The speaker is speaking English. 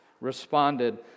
responded